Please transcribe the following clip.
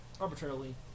arbitrarily